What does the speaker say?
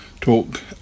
talk